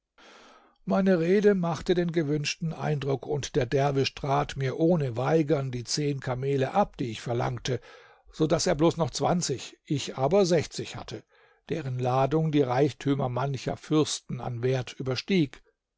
meine rede machte den gewünschten eindruck und der derwisch trat mir ohne weigern die zehn kamele ab die ich verlangte so daß er bloß noch zwanzig ich aber sechzig hatte deren ladung die reichtümer mancher fürsten an wert überstieg